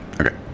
Okay